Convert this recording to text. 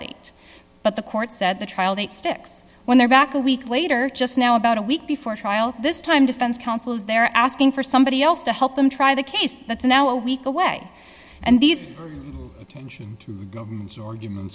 date but the court said the trial date sticks when they're back a week later just now about a week before trial this time defense counsel is there asking for somebody else to help them try the case that's now a week away and these attention to